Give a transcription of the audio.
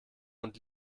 und